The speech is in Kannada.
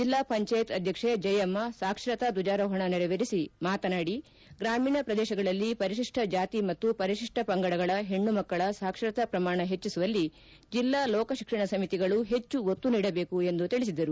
ಜಿಲ್ಲಾ ಪಂಚಾಯತ್ ಅಧ್ಯಕ್ಷೆ ಜಯಮ್ಮ ಸಾಕ್ಷರತಾ ದ್ವಜಾರೋಹಣ ನೆರವೇರಿಸಿ ಮಾತನಾಡಿ ಗ್ರಾಮೀಣ ಪ್ರದೇಶಗಳಲ್ಲಿ ಪರಿಶಿಷ್ಟ ಜಾತಿ ಮತ್ತು ಪರಿಶಿಷ್ಟ ಪಂಗಡಗಳ ಹೆಣ್ಣು ಮಕ್ಕಳ ಸಾಕ್ಷರತಾ ಪ್ರಮಾಣ ಹೆಚ್ಚಿಸುವಲ್ಲಿ ಜಿಲ್ಲಾ ಲೋಕ ಶಿಕ್ಷಣ ಸಮಿತಿಗಳು ಹೆಚ್ಚು ಒತ್ತು ನೀಡಬೇಕು ಎಂದು ತಿಳಿಸಿದರು